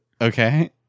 Okay